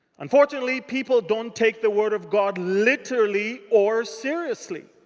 unfortunately, people don't take the word of god literally or seriously.